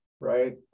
right